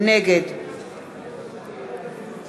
נגד חנין זועבי, בעד תמר זנדברג,